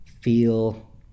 feel